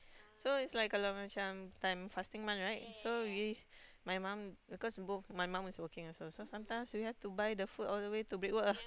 so it's like kalau macam time fasting month right so we my mum cause both my mum is working also so sometimes we have to buy the food all the way to Brickwork ah